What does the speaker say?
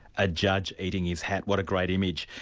a judge eating his hat, what a great image.